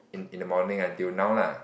in in the morning until now lah